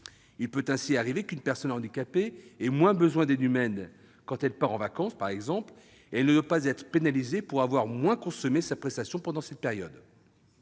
Il peut en effet arriver qu'une personne handicapée ait moins besoin d'aide humaine, quand elle part en vacances par exemple, et elle ne doit pas être pénalisée pour avoir moins consommé sa prestation pendant cette période.